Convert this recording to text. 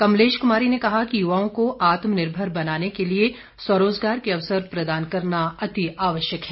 कमलेश कुमारी ने कहा कि युवाओं को आत्मनिर्भर बनाने के लिए स्वरोजगार के अवसर प्रदान करना अति आवश्यक है